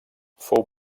fou